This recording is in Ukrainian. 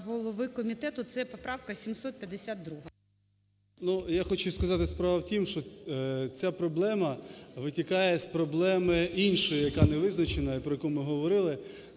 Я хочу сказати, справа в тім, що ця проблема витікає з проблеми іншої, яка не визначена і про яку ми говорили,